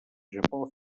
japó